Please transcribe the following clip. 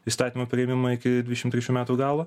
įstatymo priėmimą iki dvidešimt trečių metų galo